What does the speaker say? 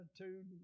attitude